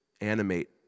animate